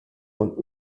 und